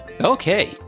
Okay